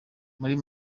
muri